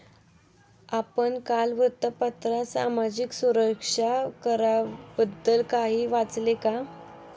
आपण काल वृत्तपत्रात सामाजिक सुरक्षा कराबद्दल काही वाचले का?